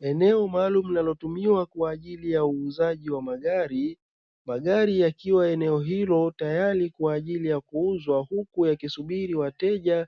Eneo maalumu linalotumiwa kwa ajili ya uuzaji wa magari, magari yakiwa eneo hilo tayari kwa kuuzwa huku yakisubiri wateja